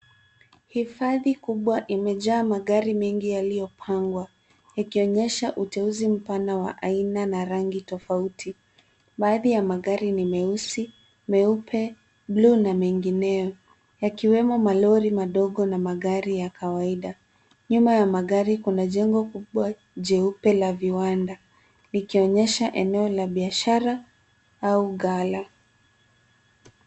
Hifadhi kubwa imejaa magari mengi yaliyopangwa ikionyesha uteuzi mpana wa aina na rangi .Baadhi ya magari ni meusi, meupe, buluu na mengineyo yakiwemo malori madogo na magari ya kawaida. Nyuma ya magari kuna jengo kubwa jeupe la viwanda likionyesha eneo la biashara au ghala.